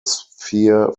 sphere